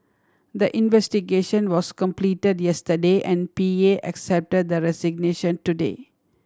the investigation was completed yesterday and P A accepted the resignation today